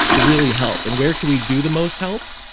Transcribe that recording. to really help and where can we do the most help?